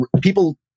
people